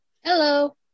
Hello